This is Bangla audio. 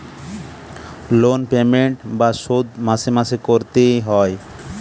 লোন পেমেন্ট বা শোধ মাসে মাসে করতে এ হয়